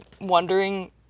wondering